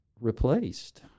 replaced